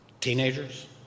teenagers